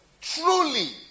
truly